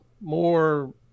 more